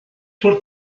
por